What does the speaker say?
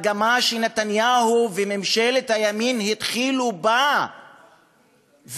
מגמה שנתניהו וממשלת הימין התחילו בה,